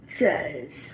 says